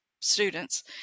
students